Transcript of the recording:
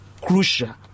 crucial